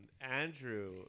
Andrew